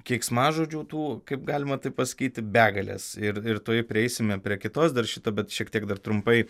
keiksmažodžių tų kaip galima taip pasakyti begalės ir ir tuoj prieisime prie kitos dar šito bet šiek tiek dar trumpai